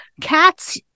cats